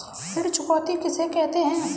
ऋण चुकौती किसे कहते हैं?